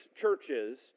churches